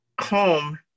home